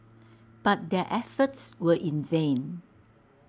but their efforts were in vain